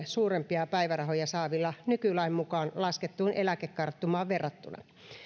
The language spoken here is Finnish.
suurempia päivärahoja saavilla nykylain mukaan laskettuun eläkekarttumaan verrattuna